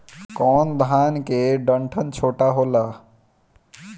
कौन धान के डंठल छोटा होला?